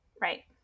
Right